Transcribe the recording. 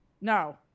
No